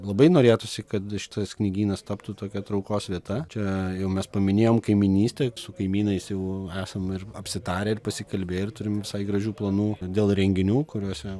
labai norėtųsi kad šitas knygynas taptų tokia traukos vieta čia jau mes paminėjom kaimynystę su kaimynais jau esam ir apsitarę pasikalbėję ir turim visai gražių planų dėl renginių kuriuose